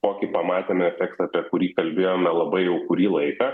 kokį pamatėme efektą apie kurį kalbėjome labai jau kurį laiką